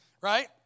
Right